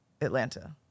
Atlanta